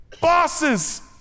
bosses